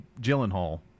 Gyllenhaal